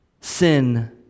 sin